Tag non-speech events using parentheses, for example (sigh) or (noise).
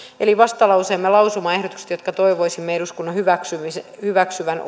eli vastalauseemme lausumaehdotukset jotka toivoisimme eduskunnan hyväksyvän (unintelligible)